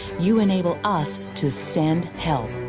you enable us to send help,